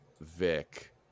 Vic